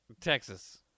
Texas